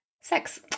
sex